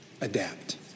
Adapt